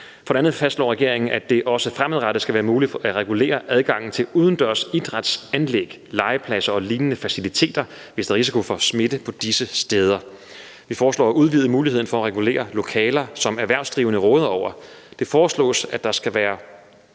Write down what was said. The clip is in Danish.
For det andet fastslår regeringen, at det også fremadrettet skal være muligt at regulere adgangen til udendørs idrætsanlæg, legepladser og lignende faciliteter, hvis der er risiko for smitte på disse steder. Vi foreslår at udvide muligheden for at regulere lokaler, som erhvervsdrivende råder over. Det foreslås, at det skal være